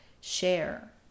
share